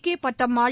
K Pattammal